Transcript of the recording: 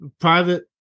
private